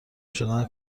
شدن